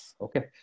okay